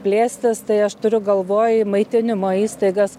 plėstis tai aš turiu galvoj maitinimo įstaigas